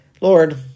Lord